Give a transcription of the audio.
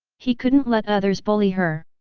he couldn't let others bully her.